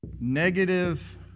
negative